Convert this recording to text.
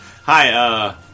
Hi